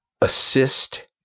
assist